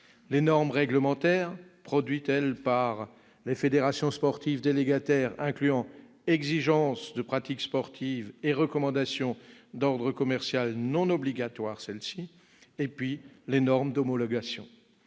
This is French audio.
les normes réglementaires, produites, elles, par les fédérations sportives délégataires incluant exigence de pratiques sportives et recommandations d'ordre commercial non obligatoires, et les normes d'homologation.